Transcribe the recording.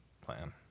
plan